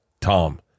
tom